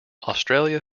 australia